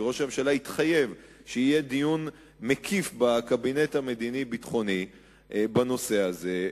וראש הממשלה התחייב שיהיה דיון מקיף בקבינט המדיני-הביטחוני בנושא הזה,